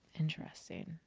interesting.